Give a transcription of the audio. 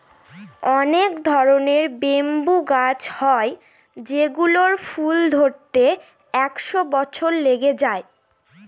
অনেক ধরনের ব্যাম্বু গাছ হয় যেগুলোর ফুল ধরতে একশো বছর লেগে যায়